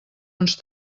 uns